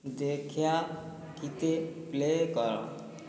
ଦେଖ୍ୟା କିତେ ପ୍ଲେ କର